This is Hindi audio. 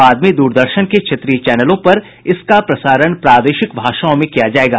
बाद में द्रदर्शन के क्षेत्रीय चैनलों पर इसका प्रसारण प्रादेशिक भाषाओं में किया जाएगा